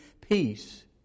Peace